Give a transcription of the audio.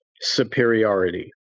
superiority